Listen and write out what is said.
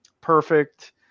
Perfect